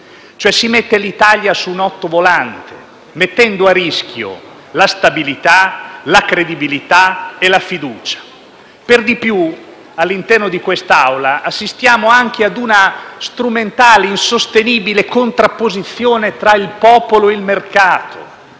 cioè, l'Italia su un ottovolante, mettendo a rischio la stabilità, la credibilità e la fiducia. Per di più, all'interno di quest'Assemblea, assistiamo anche a una strumentale, insostenibile contrapposizione tra il popolo e il mercato,